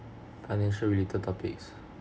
financial related topics